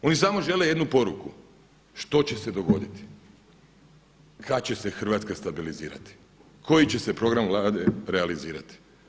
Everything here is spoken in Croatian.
Oni samo žele jednu poruku što će se dogoditi, kad će se Hrvatska stabilizirati, koji će se program Vlade realizirati.